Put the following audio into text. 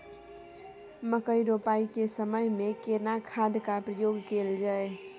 मकई रोपाई के समय में केना खाद के प्रयोग कैल जाय?